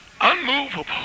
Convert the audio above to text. unmovable